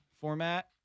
format